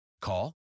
Call